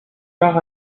par